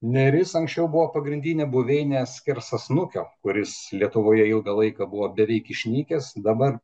neris anksčiau buvo pagrindinė buveinė skersasnukio kuris lietuvoje ilgą laiką buvo beveik išnykęs dabar